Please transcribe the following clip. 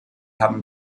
haben